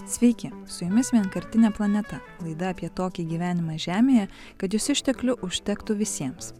sveiki su jumis vienkartinė planeta laida apie tokį gyvenimą žemėje kad jos išteklių užtektų visiems